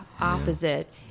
opposite